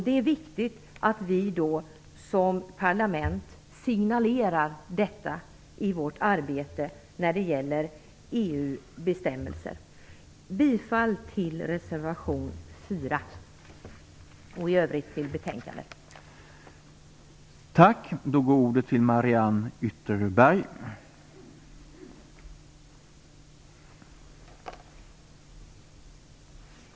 Det är viktigt att vi som parlament signalerar detta i vårt arbete när det gäller EU Jag yrkar bifall till reservation 4 och i övrigt till hemställan i betänkandet.